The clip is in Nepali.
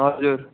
हजुर